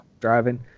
driving